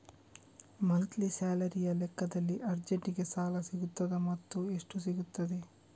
Monthly ಸ್ಯಾಲರಿಯ ಲೆಕ್ಕದಲ್ಲಿ ಅರ್ಜೆಂಟಿಗೆ ಸಾಲ ಸಿಗುತ್ತದಾ ಮತ್ತುಎಷ್ಟು ಸಿಗುತ್ತದೆ?